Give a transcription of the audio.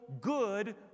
good